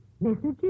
Messages